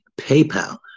PayPal